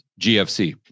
GFC